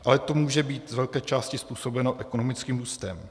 Ale to může být z velké části způsobeno ekonomickým růstem.